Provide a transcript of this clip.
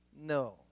No